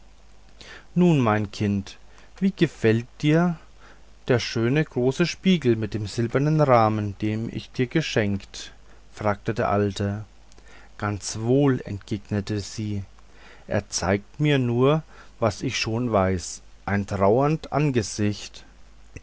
nun mein kind wie gefällt dir der schöne große spiegel mit dem silbernen rahmen den ich dir geschenkt fragte der alte ganz wohl entgegnete sie er zeigt mir nur was ich schon weiß ein trauernd angesicht